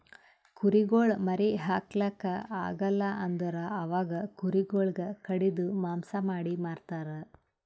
ಕುರಿಗೊಳ್ ಮರಿ ಹಾಕ್ಲಾಕ್ ಆಗಲ್ ಅಂದುರ್ ಅವಾಗ ಕುರಿ ಗೊಳಿಗ್ ಕಡಿದು ಮಾಂಸ ಮಾಡಿ ಮಾರ್ತರ್